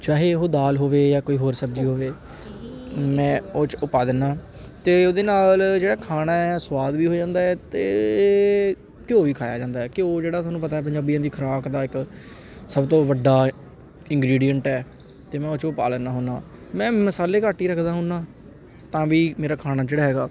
ਚਾਹੇ ਉਹ ਦਾਲ ਹੋਵੇ ਜਾਂ ਕੋਈ ਹੋਰ ਸਬਜ਼ੀ ਹੋਵੇ ਮੈਂ ਉਹ 'ਚ ਉਹ ਪਾ ਦਿੰਦਾ ਅਤੇ ਉਹਦੇ ਨਾਲ ਜਿਹੜਾ ਖਾਣਾ ਹੈ ਸਵਾਦ ਵੀ ਹੋ ਜਾਂਦਾ ਹੈ ਅਤੇ ਘਿਓ ਵੀ ਖਾਇਆ ਜਾਂਦਾ ਘਿਓ ਜਿਹੜਾ ਸਾਨੂੰ ਪਤਾ ਪੰਜਾਬੀਆਂ ਦੀ ਖੁਰਾਕ ਦਾ ਇੱਕ ਸਭ ਤੋਂ ਵੱਡਾ ਇੰਗਰੀਡੀਅਨਟ ਹੈ ਅਤੇ ਮੈਂ ਉਹ 'ਚ ਉਹ ਪਾ ਲੈਂਦਾ ਹੁੰਦਾ ਮੈਂ ਮਸਾਲੇ ਘੱਟ ਹੀ ਰੱਖਦਾ ਹੁੰਦਾ ਤਾਂ ਵੀ ਮੇਰਾ ਖਾਣਾ ਜਿਹੜਾ ਹੈਗਾ